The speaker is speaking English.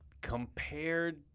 compared